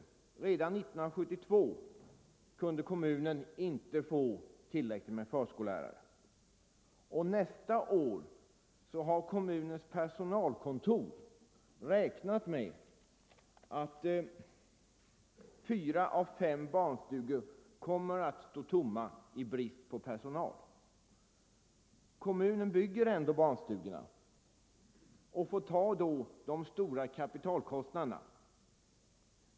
Redan år 1972 kunde kommunen inte få tillräckligt med förskollärare. Kommunens personakontor har räknat med att fyra av fem barnstugor nästa år kommer att stå tomma Nr 129 i brist på personal. Det är ju kommunen som bygger barnstugorna och Onsdagen den därför får ta de stora kapitalkostnaderna.